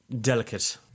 delicate